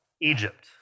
Egypt